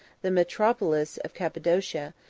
the metropolis of cappadocia,